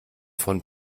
von